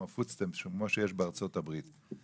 כמו שיש בארצות הברית.